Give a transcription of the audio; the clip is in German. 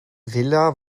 villa